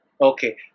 Okay